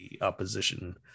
opposition